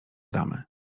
damy